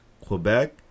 Quebec